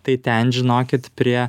tai ten žinokit prie